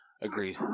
Agreed